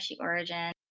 origin